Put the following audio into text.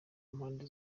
mpande